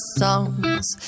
songs